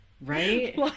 Right